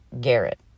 Garrett